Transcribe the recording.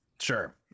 Sure